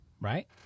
right